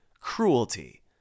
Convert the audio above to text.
cruelty